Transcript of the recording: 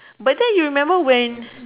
but then you remember when